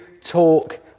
talk